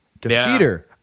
Defeater